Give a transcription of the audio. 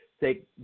take